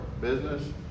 Business